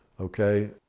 okay